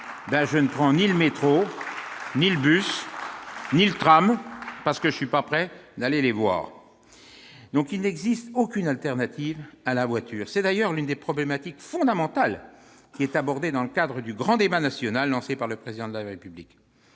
je ne prends ni le métro, ni le bus, ni le tram ! Il n'existe donc aucune alternative à la voiture. C'est d'ailleurs l'une des problématiques fondamentales qui est abordée dans le cadre du grand débat national lancé par le Président de la République.